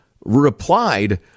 replied